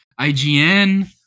IGN